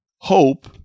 Hope